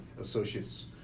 associate's